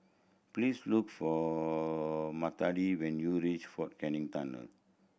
please look for Matilda when you reach Fort Canning Tunnel